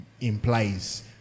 implies